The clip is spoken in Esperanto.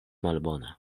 malbona